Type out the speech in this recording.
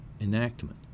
enactment